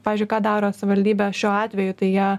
pavyzdžiui ką daro savivaldybė šiuo atveju tai jie